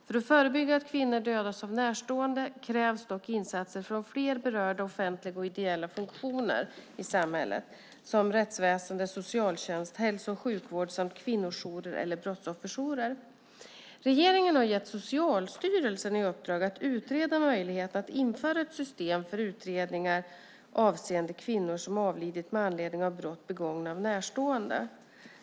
För att förebygga att kvinnor dödas av närstående krävs dock insatser från flera berörda offentliga eller ideella funktioner i samhället, som rättsväsen, socialtjänst, hälso och sjukvård samt kvinnojourer eller brottsofferjourer. Regeringen har gett Socialstyrelsen i uppdrag att utreda möjligheten att införa ett system för utredningar avseende kvinnor som har avlidit med anledning av brott begångna av närstående.